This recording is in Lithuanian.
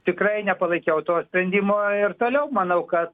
tikrai nepalaikiau to sprendimo ir toliau manau kad